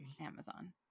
Amazon